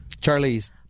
Charlie's